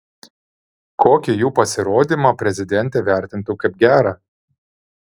kokį jų pasirodymą prezidentė vertintų kaip gerą